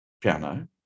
piano